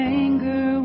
anger